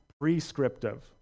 prescriptive